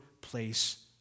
place